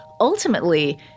ultimately